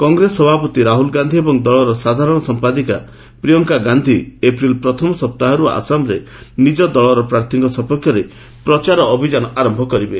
କଂଗ୍ରେସ ସଭାପତି ରାହୁଲ ଗାନ୍ଧୀ ଏବଂ ଦଳର ସାଧାରଣ ସମ୍ପାଦିକା ପ୍ରିୟଙ୍କା ଗାନ୍ଧୀ ଏପ୍ରିଲ୍ ପ୍ରଥମ ସପ୍ତାହରୁ ଆସାମରେ ନିଜ ଦଳର ପ୍ରାର୍ଥୀଙ୍କ ସପକ୍ଷରେ ପ୍ରଚାର ଅଭିଯାନ ଆରମ୍ଭ କରିବେ